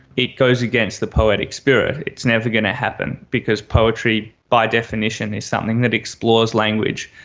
it goes against the poetic spirit. it's never going to happen because poetry by definition is something that explores language,